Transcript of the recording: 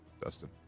Dustin